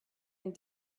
and